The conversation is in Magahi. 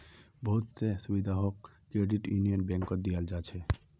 बहुत स सुविधाओ क्रेडिट यूनियन बैंकत दीयाल जा छेक